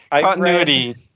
Continuity